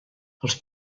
els